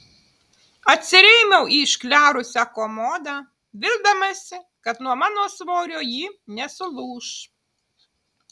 atsirėmiau į išklerusią komodą vildamasi kad nuo mano svorio ji nesulūš